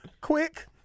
Quick